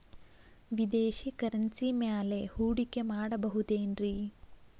ವಿದೇಶಿ ಕರೆನ್ಸಿ ಮ್ಯಾಲೆ ಹೂಡಿಕೆ ಮಾಡಬಹುದೇನ್ರಿ?